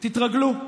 תתרגלו.